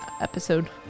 episode